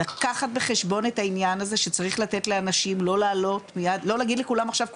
לקחת בחשבון את העניין הזה שצריך לא להגיד לכולם עכשיו,